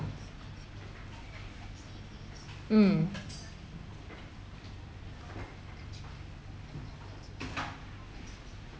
mm